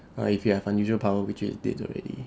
err if you have a nuclear power which is dead already